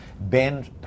Ben